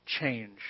change